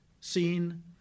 seen